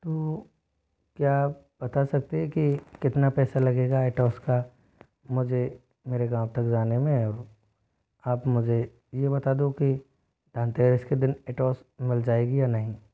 तो क्या आप बता सकते हैं कि कितना पैसा लगेगा एटोस का मुझे मेरे गाँव तक जाने में और आप मुझे ये बता दो कि धनतेरस के दिन एटोस मिल जाएगी या नहीं